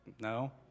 no